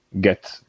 get